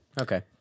Okay